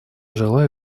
желаю